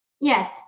Yes